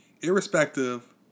irrespective